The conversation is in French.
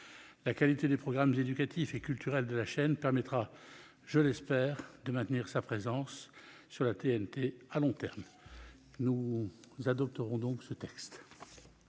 La qualité des programmes éducatifs et culturels de la chaîne permettra, je l'espère, de maintenir sa présence sur la TNT à long terme. Par conséquent, nous voterons ce texte.